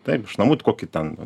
taip iš namų kokį ten